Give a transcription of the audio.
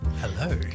Hello